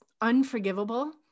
unforgivable